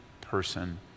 person